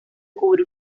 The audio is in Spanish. cubre